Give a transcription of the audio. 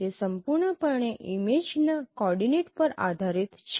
તે સંપૂર્ણપણે ઇમેજના કોઓર્ડિનેટ પર આધારિત છે